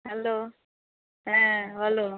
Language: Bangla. হ্যালো হ্যাঁ বলো